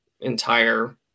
entire